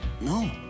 No